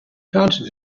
counted